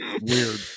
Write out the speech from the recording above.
weird